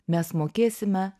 mes mokėsime